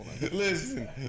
listen